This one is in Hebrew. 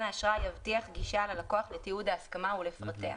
האשראי יבטיח גישה ללקוח לתיעוד ההסכמה ולפרטיה.